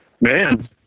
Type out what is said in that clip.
man